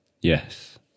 Yes